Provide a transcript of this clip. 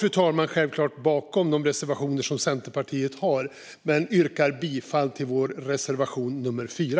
Jag står självklart bakom de reservationer som Centerpartiet har, men jag yrkar bifall endast till reservation nummer 4.